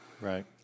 Right